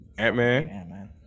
Ant-Man